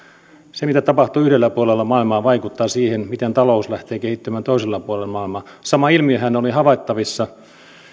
se mitä tapahtuu yhdellä puolella maailmaa vaikuttaa siihen miten talous lähtee kehittymään toisella puolella maailmaa sama ilmiöhän oli havaittavissa